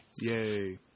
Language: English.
Yay